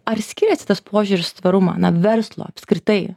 ar skiriasi tas požiūris į tvarumą na verslo apskritai